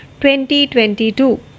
2022